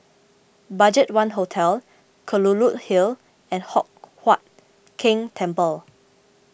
Budgetone Hotel Kelulut Hill and Hock Huat Keng Temple